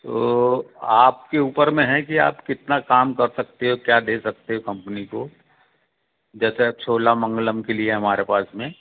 तो आपके ऊपर में है कि आप कितना काम कर सकते हो क्या दे सकते हो कंपनी को जैसे छोला मंगलम के लिए है हमारे पास में